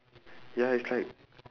ya lah it's like